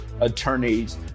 attorneys